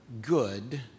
good